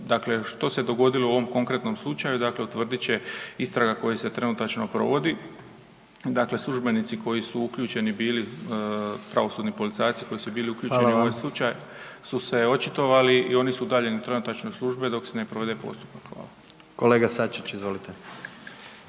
Dakle, što se dogodilo u ovom konkretnom slučaju, dakle utvrdit će istraga koja se trenutačno provodi. Dakle, službenici koji su uključeni bili, pravosudni policajci koji su bili uključeni …/Upadica: Hvala/…u ovaj slučaj su se očitovali i oni su dalje trenutačno u službi dok se ne provede postupak. Hvala. **Jandroković, Gordan